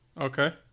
Okay